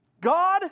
God